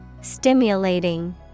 Stimulating